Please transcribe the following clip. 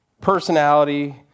personality